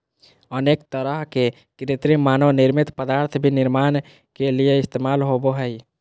अनेक तरह के कृत्रिम मानव निर्मित पदार्थ भी निर्माण के लिये इस्तेमाल होबो हइ